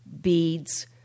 beads